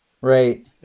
Right